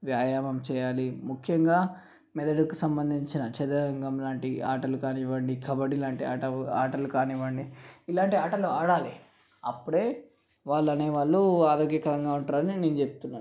వ్యాయామం చేయాలి ముఖ్యంగా మెదడుకు సంబంధించిన చదరంగం లాంటి ఆటలు కానివ్వండి కబడ్డీ లాంటి ఆటలు కానివ్వండి ఎలాంటి ఆటలు ఆడాలి అప్పుడే వాళ్ళు అనేవాళ్ళు ఆరోగ్యకరంగా ఉంటారని నేను చెప్తున్నాను